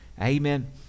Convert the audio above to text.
Amen